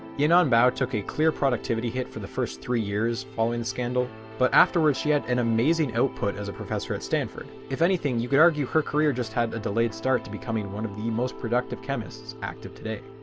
you know bao took a clear productivity hit for the first three years following the scandal but afterwards she had an amazing output as a professor at stanford. if anything you could argue her career just had a delayed start to becoming one of the most productive chemists active today.